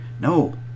No